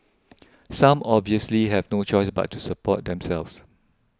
some obviously have no choice but to support themselves